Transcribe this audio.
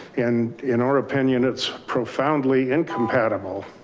and in our opinion, it's profoundly incompatible.